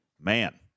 Man